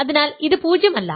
അതിനാൽ ഇത് പൂജ്യം അല്ല